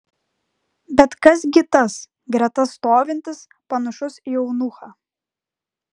bet kas gi tas greta stovintis panašus į eunuchą